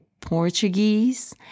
Portuguese